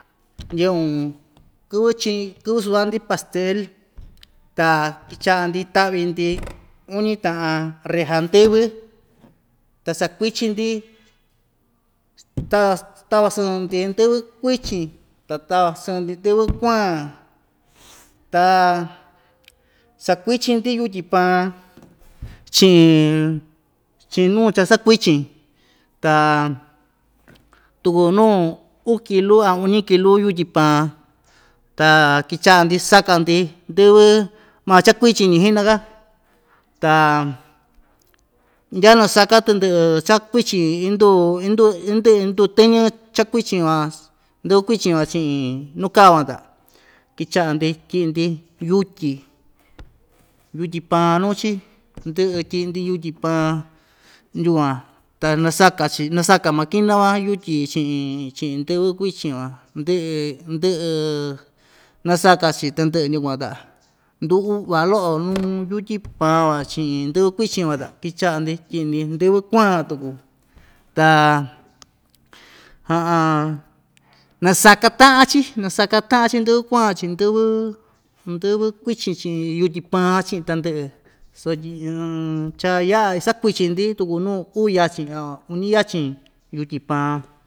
Ndyeꞌun kɨvɨ chiꞌin kɨvɨ suvaꞌa‑ndi pastel ta kɨchaꞌa‑ndi taꞌvi‑ndi uñi taꞌan reja ndɨvɨ ta sakuichin‑ndi ta stava sɨɨ‑ndi ndɨvɨ kuichin ta sava sɨɨ‑ndi ndɨvɨ kuan ta sakuichin‑ndi yutyi paan chiꞌin chiꞌin nuu cha sakuichin ta tuku nuu uun kilu a uñi kilu yutyi paan ta kɨchaꞌa‑ndi saka‑ndi ndɨvɨ maa cha kuichin‑ñi xiꞌna‑ka ta ndya nasaka tɨndɨꞌɨ cha kuichin indu indu indɨꞌɨ induu tɨñɨ cha kuichin van ndɨvɨ kuichin van chiꞌin nuu kaa van ta kichaꞌa‑ndi tyiꞌi‑ndi yutyi yutyi paan nuu‑chi ndɨꞌɨ tyiꞌi‑ndi yutyi paa yukuan ta nasaka‑chi nasaka makiña van yutyi chiꞌin chiꞌin ndɨvɨ kuichin van ndɨꞌɨ ndɨꞌɨ nasaka‑chi tandɨꞌɨ yukuan ta ndu uꞌva loꞌo nuu yutyi paan van chiꞌin ndɨvɨ kuichin van ta kichaꞌa‑ndi tyiꞌindi ndɨvɨ kuan tuku ta nasaka taꞌan‑chi nasaka taꞌan‑chi ndɨvɨ kuan chiꞌin ndɨvɨ ndɨvɨ kuichin chiꞌin yutyi paan chiꞌin tandɨꞌɨ sotyi cha iyaꞌa isakuichin‑ndi tuku nuu uu yachin aa uñi yachin yutyi paan.